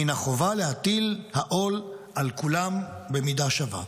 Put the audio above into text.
מן החובה להטיל העול על כולם במידה שווה.